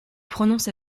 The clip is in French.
prononce